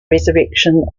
resurrection